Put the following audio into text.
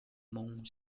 mount